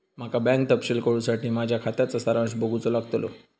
माका बँक तपशील कळूसाठी माझ्या खात्याचा सारांश बघूचो लागतलो